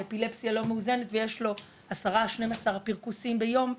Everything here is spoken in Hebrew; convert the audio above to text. באפילפסיה לא מאוזנת ויש לו 10-12 פרכוסים ביום,